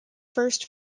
first